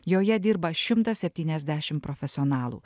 joje dirba šimtas septyniasdešim profesionalų